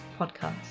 podcast